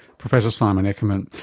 professor simon eckermann.